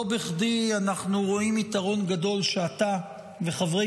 לא בכדי אנחנו רואים יתרון גדול שאתה וחברי